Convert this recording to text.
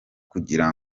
kugira